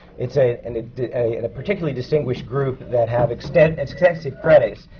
it's a and it's a and particularly distinguished group that have extensive extensive credits,